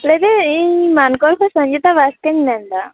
ᱞᱟ ᱭᱮᱫᱟ ᱧ ᱤᱧ ᱢᱟᱱᱠᱚᱨ ᱠᱷᱚᱱ ᱥᱚᱱᱜᱤᱛᱟ ᱵᱟᱥᱠᱮᱧ ᱢᱮᱱᱫᱟᱜ